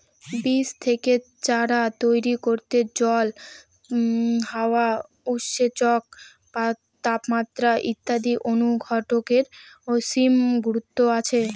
বীজ থেকে চারা তৈরি করতে জল, হাওয়া, উৎসেচক, তাপমাত্রা ইত্যাদি অনুঘটকের অসীম গুরুত্ব আছে